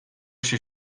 się